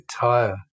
tire